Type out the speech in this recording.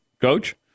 coach